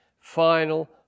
final